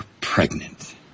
pregnant